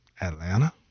Atlanta